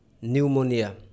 Pneumonia